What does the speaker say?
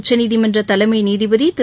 உச்சநீதிமன்ற தலைமை நீதிபதி திரு